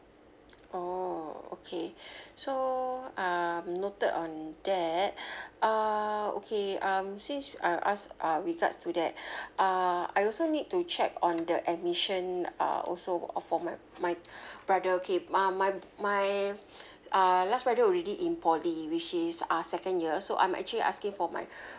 orh okay so um noted on that uh okay um since I ask um regards to that uh I also need to check on the admission uh also for my my brother okay uh my my uh last brother already in poly which is uh second year so I'm actually asking for my